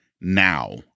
now